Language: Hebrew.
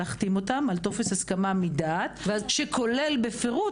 להחתים אותן על טופס החתמה מדעת שכולל בפירוט